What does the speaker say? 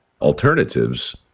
alternatives